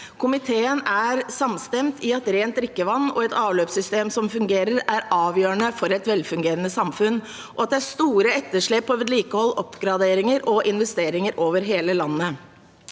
Komiteen er samstemt i at rent drikkevann og et avløpssystem som fungerer, er avgjørende for et velfungerende samfunn, og at det er store etterslep på vedlikehold, oppgraderinger og investeringer over hele landet.